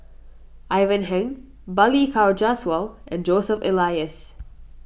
Ivan Heng Balli Kaur Jaswal and Joseph Elias